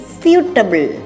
suitable